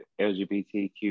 LGBTQ